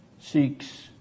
seeks